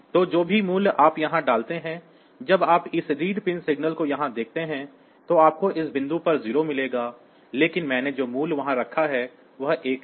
तो जो भी मूल्य आप यहां डालते हैं जब आप इस रीड पिन सिग्नल को यहां देते हैं तो आपको इस बिंदु पर 0 मिलेगा लेकिन मैंने जो मूल्य वहां रखा है वह 1 है